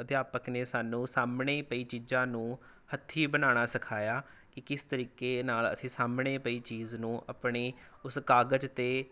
ਅਧਿਆਪਕ ਨੇ ਸਾਨੂੰ ਸਾਹਮਣੇ ਪਈ ਚੀਜ਼ਾਂ ਨੂੰ ਹੱਥੀਂ ਬਣਾਉਣਾ ਸਿਖਾਇਆ ਕਿ ਕਿਸ ਤਰੀਕੇ ਨਾਲ ਅਸੀਂ ਸਾਹਮਣੇ ਪਈ ਚੀਜ਼ ਨੂੰ ਆਪਣੀ ਉਸ ਕਾਗਜ਼ 'ਤੇ